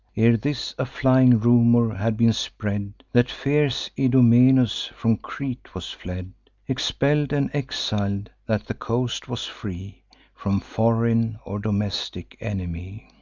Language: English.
ere this, a flying rumor had been spread that fierce idomeneus from crete was fled, expell'd and exil'd that the coast was free from foreign or domestic enemy.